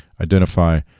identify